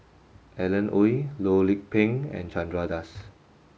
Alan Oei Loh Lik Peng and Chandra Das